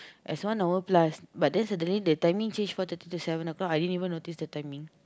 is one hour plus but then suddenly the timing change four thirty to seven o-clock I didn't even notice the timing